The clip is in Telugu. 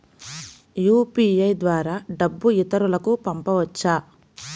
యూ.పీ.ఐ ద్వారా డబ్బు ఇతరులకు పంపవచ్చ?